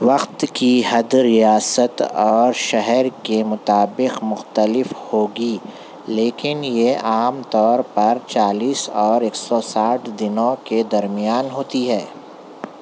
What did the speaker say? وقت کی حد ریاست اور شہر کے مطابق مختلف ہوگی لیکن یہ عام طور پر چالیس اور ایک سو ساٹھ دنوں کے درمیان ہوتی ہے